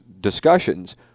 discussions